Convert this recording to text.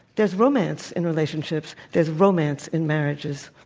there's romance in relationships. there's romance in marriages.